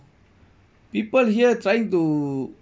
people here trying to